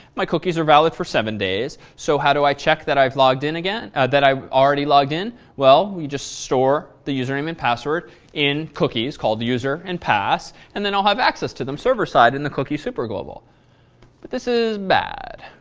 my cookies are valid for seven days. so how do i check that i've logged in again that i've already logged in? well, we just store the username and password in cookies, called the user and pass, and then i'll have access to them server side in the cookie superglobal. but this is bad.